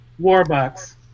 Warbucks